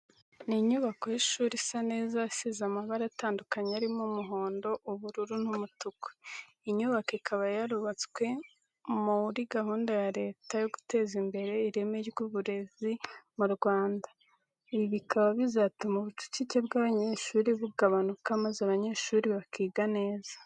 Ni inyubako y'ishuri isa neza isize amabara tandukanye arimo umuhondo, ubururu n'umutuku. Iyi nyubako ikaba yarubatswe mu muri gahunda ya Leta yo guteza imbere ireme ry'uburezi mu Rwanda. Ibi bikaba bizatuma ubucucike bw'abanyeshuri bugabanuka maze abanyeshuri bakiga neza.